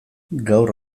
gaur